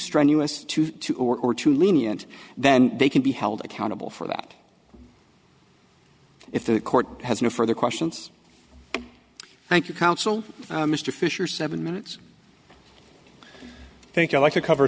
strenuous too or too lenient then they can be held accountable for that if the court has no further questions thank you counsel mr fisher seven minutes thank you like to cover